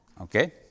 Okay